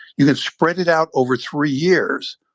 you can spread it out over three years.